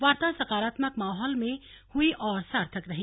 वार्ता सकारात्मक माहौल में हुई और सार्थक रही